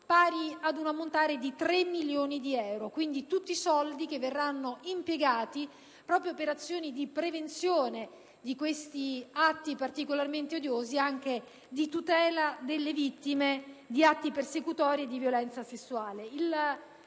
fondo antiviolenza di 3 milioni di euro, che verranno impiegati proprio per azioni di prevenzione di questi atti particolarmente odiosi e di tutela delle vittime di atti persecutori e di violenza sessuale.